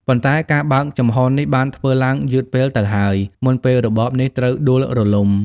ប៉ុន្តែការបើកចំហរនេះបានធ្វើឡើងយឺតពេលទៅហើយ មុនពេលរបបនេះត្រូវដួលរំលំ។